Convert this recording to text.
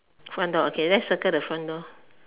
front door okay let's circle the front door